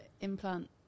implant